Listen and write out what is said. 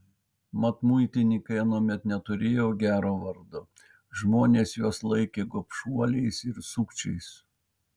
mat muitininkai anuomet neturėjo gero vardo žmonės juos laikė gobšuoliais ir sukčiais